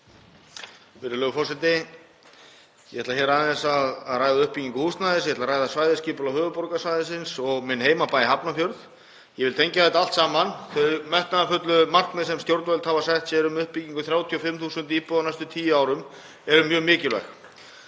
Virðulegur forseti. Ég ætla aðeins að ræða uppbyggingu húsnæðis, ætla að ræða svæðisskipulag höfuðborgarsvæðisins og minn heimabæ, Hafnarfjörð. Ég vil tengja þetta allt saman. Þau metnaðarfullu markmið sem stjórnvöld hafa sett sér um uppbyggingu 35.000 íbúða á næstu tíu árum eru mjög mikilvæg.